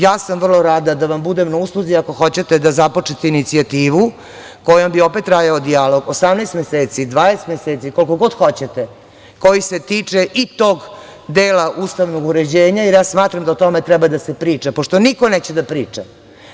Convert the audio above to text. Ja sam vrlo rada da vam budem na usluzi ako hoćete da započnete inicijativu kojom bi opet trajao dijalog 18 meseci, 20 meseci, koliko god hoćete, koji se tiče i tog dela ustavnog uređenja, jer ja smatram da o tome treba da se priča, pošto niko neće da priča.